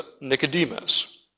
Nicodemus